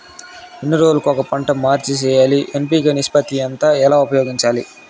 ఎన్ని రోజులు కొక పంట మార్చి సేయాలి ఎన్.పి.కె నిష్పత్తి ఎంత ఎలా ఉపయోగించాలి?